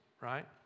right